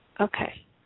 Okay